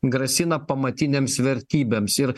grasina pamatinėms vertybėms ir